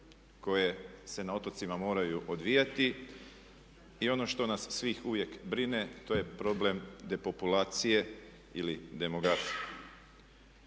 koje se na otocima moraju odvijati i ono što nas svih uvijek brine to je problem depopulacije ili demografije.